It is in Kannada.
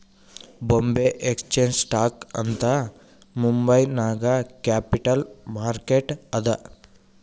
ಬೊಂಬೆ ಎಕ್ಸ್ಚೇಂಜ್ ಸ್ಟಾಕ್ ಅಂತ್ ಮುಂಬೈ ನಾಗ್ ಕ್ಯಾಪಿಟಲ್ ಮಾರ್ಕೆಟ್ ಅದಾ